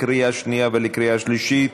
לקריאה שנייה ולקריאה שלישית.